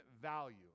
value